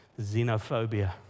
xenophobia